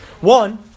One